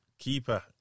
Keeper